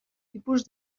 tipus